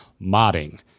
modding